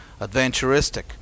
adventuristic